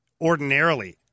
ordinarily